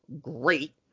great